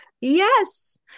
Yes